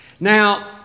Now